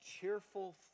cheerful